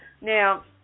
Now